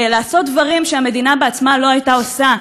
לעשות דברים שהמדינה בעצמה לא הייתה עושה,